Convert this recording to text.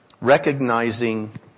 Recognizing